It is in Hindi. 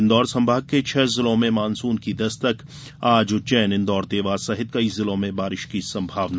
इन्दौर संभाग के छह जिलों में मानसून की दस्तक आज उज्जैन इन्दौर देवास सहित कई जिलों में बारिश की संभावना